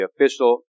official